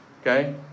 Okay